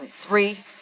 three